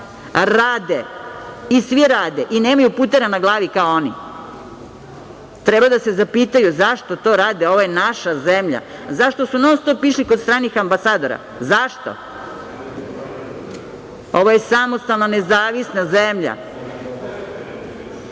rade, svi radi i nemaju putera na glavi kao oni. Treba da se zapitaju zašto to rade, ovo je naša zemlja. Zašto su non-stop išli kod stranih ambasadora, zašto? Ovo je samostalna nezavisna zemlja